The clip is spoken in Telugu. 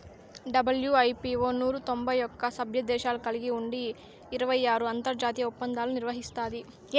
డబ్ల్యూ.ఐ.పీ.వో నూరు తొంభై ఒక్క సభ్యదేశాలు కలిగి ఉండి ఇరవై ఆరు అంతర్జాతీయ ఒప్పందాలు నిర్వహిస్తాది